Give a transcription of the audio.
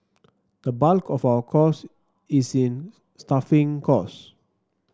the bulk of our costs is in staffing costs